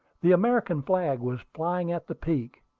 the american flag was flying at the peak,